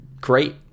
great